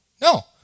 No